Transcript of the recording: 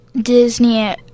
Disney